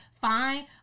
Fine